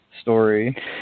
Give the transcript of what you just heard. story